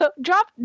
drop